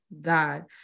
God